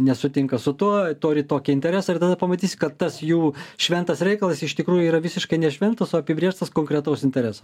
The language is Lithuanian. nesutinka su tuo turi tokį interesą ir tada pamatysi kad tas jų šventas reikalas iš tikrųjų yra visiškai nešventas o apibrėžtas konkretaus intereso